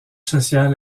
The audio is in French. social